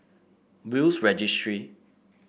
Will's Registry